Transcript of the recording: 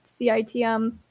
CITM